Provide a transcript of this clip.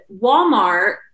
Walmart